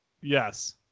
yes